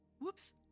Whoops